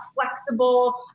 flexible